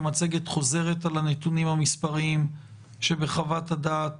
המצגת חוזרת על הנתונים המספריים שבחוות הדעת